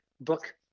book